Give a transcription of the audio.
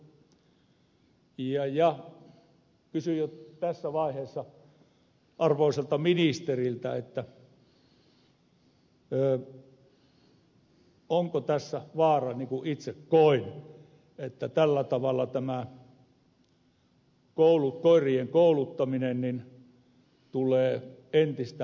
kysyn jo tässä vaiheessa arvoisalta ministeriltä onko tässä vaara niin kuin itse koin että tällä tavalla tämä koirien kouluttaminen tulee entistä vaikeammaksi